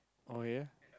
okay